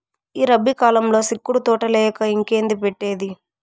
ఈ రబీ కాలంల సిక్కుడు తోటలేయక ఇంకేంది పెట్టేది